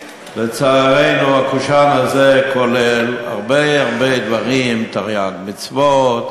אף שהקושאן הזה כולל הרבה הרבה דברים: תרי"ג מצוות,